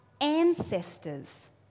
ancestors